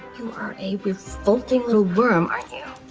you are a floating little worm are you.